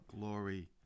glory